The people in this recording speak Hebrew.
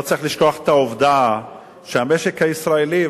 לא צריך לשכוח את העובדה שהמשק הישראלי,